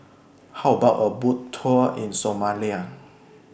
How about A Boat Tour in Somalia